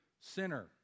sinner